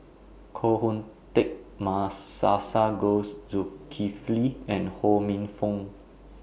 Koh Hoon Teck Zulkifli and Ho Minfong